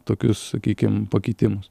tokius sakykim pakitimus